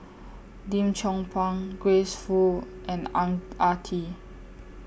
Lim Chong Pang Grace Fu and Ang Ah Tee